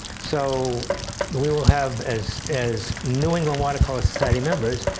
so we will have as as new england watercolor society members,